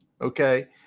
Okay